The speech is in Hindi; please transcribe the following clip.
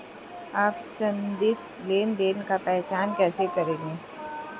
आप संदिग्ध लेनदेन की पहचान कैसे करेंगे?